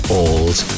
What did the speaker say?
old